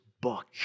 book